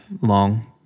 Long